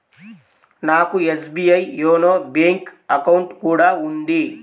నాకు SBI YONO bank account కూడా ఉంది